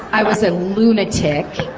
i was a lunatic.